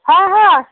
হয় হয়